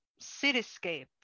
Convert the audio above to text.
cityscape